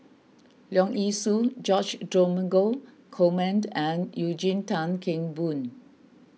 Leong Yee Soo George Dromgold Coleman and Eugene Tan Kheng Boon